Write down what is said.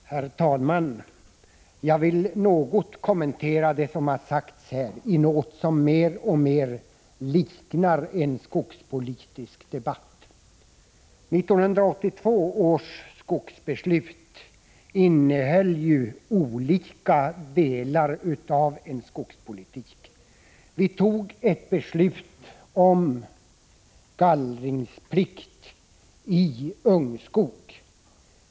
Herr talman! Jag vill något kommentera det som har sagts här i något som mer och mer liknar en skogspolitisk debatt. 1982 års skogsbeslut omfattade olika delar av skogspolitiken. Vi fattade ett beslut om gallringsplikt i ungskog.